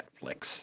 Netflix